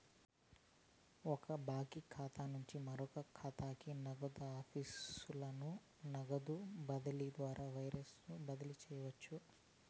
ఒక బాంకీ ఖాతా నుంచి మరో కాతాకి, నగదు ఆఫీసుల నగదు బదిలీ ద్వారా వైర్ బదిలీ చేయవచ్చు